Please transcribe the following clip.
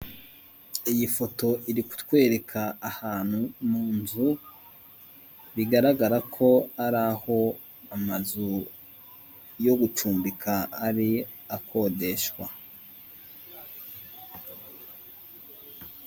Iyi foto iritwereka ahantu mu nzu bigaragara ko ari aho amazu yo gucumbika hari akodeshwa.